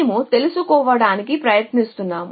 మేము తెలుసుకోవడానికి ప్రయత్నిస్తున్నాము